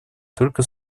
только